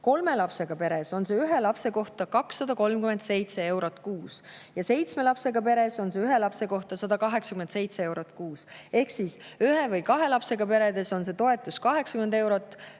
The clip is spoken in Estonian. kolme lapsega peres on see ühe lapse kohta 237 eurot kuus ja seitsme lapsega peres on see ühe lapse kohta 187 eurot kuus. Ehk siis ühe või kahe lapsega peres on see toetus 80 eurot